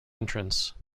entrance